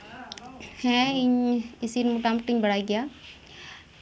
ᱦᱮᱸ ᱤᱧ ᱤᱥᱤᱱ ᱢᱩᱴᱟᱢᱩᱴᱤᱧ ᱵᱟᱲᱟᱭ ᱜᱮᱭᱟ